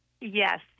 Yes